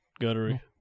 Guttery